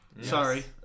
Sorry